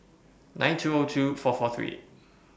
nine two O two four four three eight